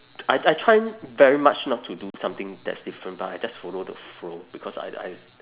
I I try very much not to do something that's different but I just follow the flow because I I